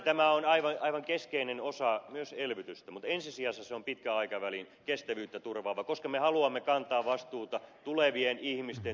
tämä on aivan keskeinen osa myös elvytystä mutta ensisijassa se on pitkän aikavälin kestävyyttä turvaava toimi koska me haluamme kantaa vastuuta tulevien ihmisten